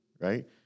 Right